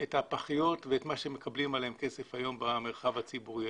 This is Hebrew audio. את הפחיות ואת מה שמקבלים עליהם כסף היום במרחב הציבורי.